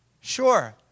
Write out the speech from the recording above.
sure